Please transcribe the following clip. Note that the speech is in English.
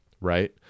right